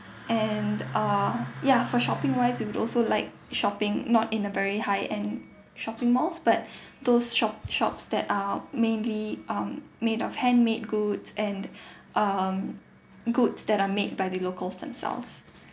and err ya for shopping wise we would also like shopping not in a very high end shopping malls but those shop shops that are mainly um made of handmade goods and um goods that are made by the locals themselves